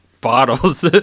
bottles